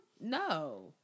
no